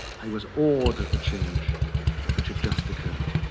i was awed at the change which had just occurred.